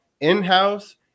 in-house